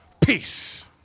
Peace